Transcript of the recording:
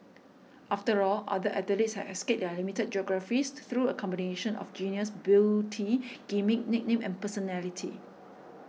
after all other athletes have escaped their limited geographies through a combination of genius beauty gimmick nickname and personality